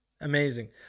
amazing